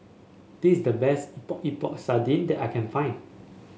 this is the best Epok Epok Sardin that I can find